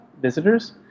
visitors